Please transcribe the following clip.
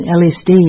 lsd